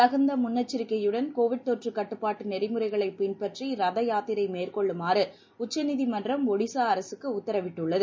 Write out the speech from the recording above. தஞ்நத முள்ளெச்சரிக்கையுடன் கோவிட் தொற்று கட்டுப்பாட்டு நெறிமுறைகளைப் பின்பற்றி ரத யாத்திரை மேற்கொள்ளுமாறு உச்சநீதிமன்றம் ஒடிசா அரசுக்கு உத்தரவிட்டுள்ளது